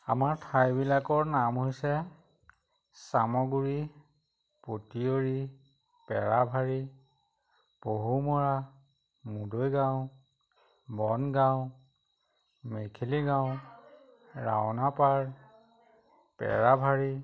আমাৰ ঠাইবিলাকৰ নাম হৈছে চামগুৰি পতিয়ৰী পেৰাভাৰী পহুমৰা মুদৈগাঁও বনগাঁও মেখেলিগাঁও ৰাওনাপাৰ পেৰাভাৰী